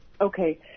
okay